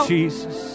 Jesus